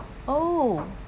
oh